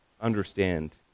understand